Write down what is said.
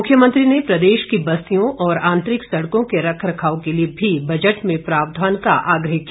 मुख्यमंत्री ने प्रदेश की बस्तियों और आंतरिक सड़कों के रख रखाव के लिए भी बजट में प्रावधान का भी आग्रह किया